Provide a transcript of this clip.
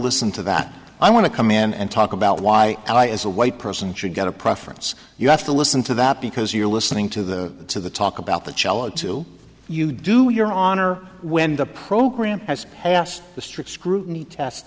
listen to that i want to come in and talk about why i as a white person should get a preference you have to listen to that because you're listening to the to the talk about the cello to you do your honor when the program has passed the strict scrutiny test